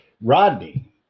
Rodney